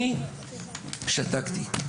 אני שתקתי.